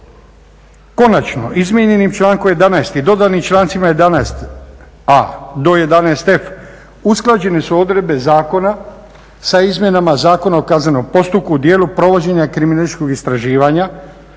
Konačno, izmijenim člankom 11.i dodanim člancima 11.a do 11.f usklađene su odredbe zakona sa izmjenama Zakona o kaznenom postupku u dijelu provođenja kriminalističkog istraživanja